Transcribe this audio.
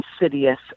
insidious